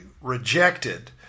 rejected